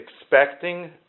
expecting